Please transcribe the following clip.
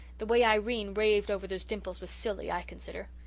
the way irene raved over those dimples was silly, i consider.